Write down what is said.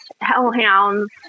hellhounds